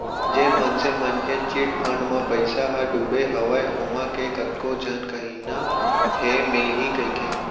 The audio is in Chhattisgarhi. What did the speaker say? जेन मनसे मन के चिटफंड म पइसा ह डुबे हवय ओमा के कतको झन कहिना हे मिलही कहिके